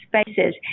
spaces